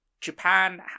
Japan